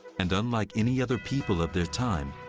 and unlike any other people of their time,